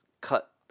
cut